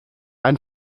ein